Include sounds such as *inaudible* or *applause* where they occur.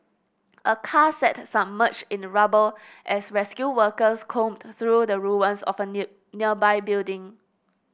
a car sat submerged in rubble as rescue workers combed through the ruins of a *unintelligible* nearby building